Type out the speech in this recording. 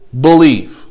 believe